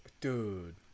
Dude